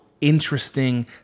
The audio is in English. interesting